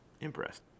impressed